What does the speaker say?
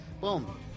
Boom